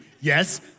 Yes